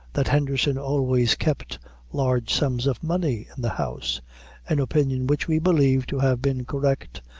that henderson always kept large sums of money in the house an opinion which we believe to have been correct,